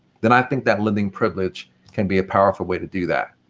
then i think that lending privilege can be a powerful way to do that.